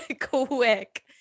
Quick